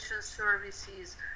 services